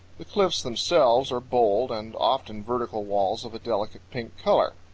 the cliffs themselves are bold and often vertical walls of a delicate pink color.